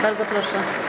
Bardzo proszę.